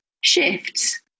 shifts